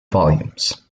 volumes